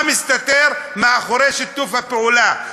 מה מסתתר מאחורי שיתוף הפעולה?